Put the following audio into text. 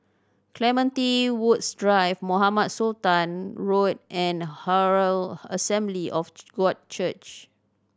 Clementi Woods Drive Mohamed Sultan Road and Herald Assembly of God Church